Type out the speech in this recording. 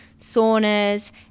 saunas